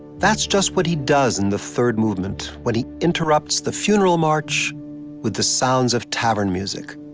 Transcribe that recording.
that's just what he does in the third movement, when he interrupts the funeral march with the sounds of tavern music.